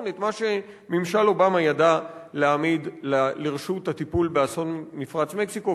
את מה שממשל אובמה ידע להעמיד לרשות הטיפול באסון מפרץ מקסיקו.